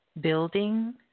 building